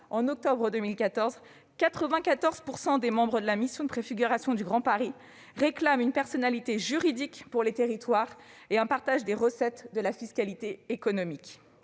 en octobre 2014, quelque 94 % des membres de la mission de préfiguration de la Métropole du Grand Paris réclament une personnalité juridique pour les territoires et un partage des recettes de la fiscalité économique.